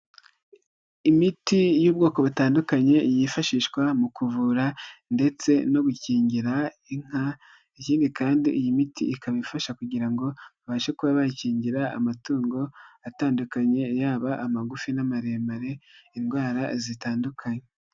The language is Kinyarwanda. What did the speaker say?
Imiti y'ubwoko butandukanye, yifashishwa mu kuvura ndetse no gukingira inka, ikindi kandi iyi miti ikaba ifasha kugira ngo ibashe kuba bakingira amatungo atandukanye, yaba amagufi n'amaremare, indwara zitandukanye.